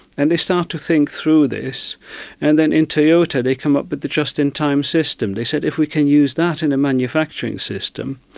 and they start to think through this and then in toyota they come up with the just-in-time system. they said if we can use that in a manufacturing system,